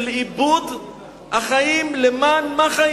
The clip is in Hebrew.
של החיים למען מה?